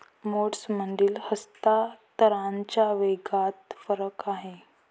मोड्समधील हस्तांतरणाच्या वेगात फरक आहे